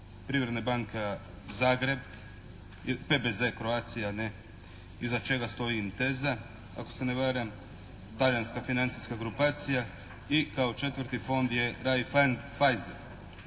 Privredna banka Zagreb ili PBZ Croatia ne? Iza čega stoji Intesa ako se ne varam, talijanska financijska grupacija. I kao 4. fond je taj